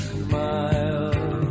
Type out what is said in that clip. smile